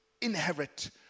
inherit